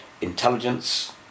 intelligence